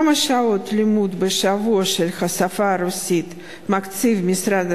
כמה שעות לימוד בשבוע של השפה הרוסית מקציב המשרד